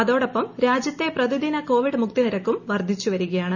അതോടൊപ്പം രാജ്യത്തെ പ്രതിദിന കോവിഡ് മുക്തി നിരക്കും വർധിച്ചു വരികയാണ്